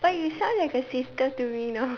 but you sound like a sister to me now